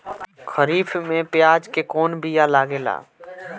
खरीफ में प्याज के कौन बीया लागेला?